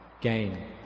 gain